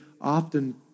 often